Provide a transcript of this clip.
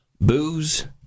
booze